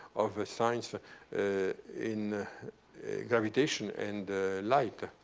of ah science ah in gravitation and light.